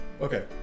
Okay